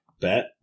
Bet